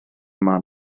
man